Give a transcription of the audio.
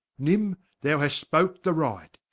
nym, thou hast spoke the right,